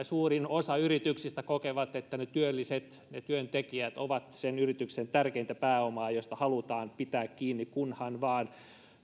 suurin osa yrityksistä kokee että ne työlliset ne työntekijät ovat sen yrityksen tärkeintä pääomaa josta halutaan pitää kiinni kunhan vain